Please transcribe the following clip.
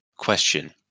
Question